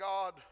God